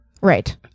Right